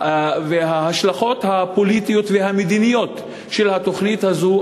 וההשלכות הפוליטיות והמדיניות של התוכנית הזו,